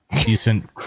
decent